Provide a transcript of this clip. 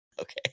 Okay